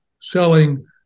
selling